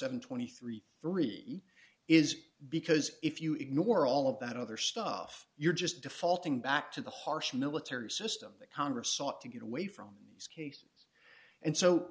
and thirty three is because if you ignore all of that other stuff you're just defaulting back to the harsh military system that congress sought to get away from this case and so